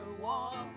walk